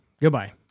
Goodbye